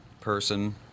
person